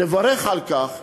לברך על כך,